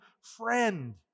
friend